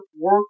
work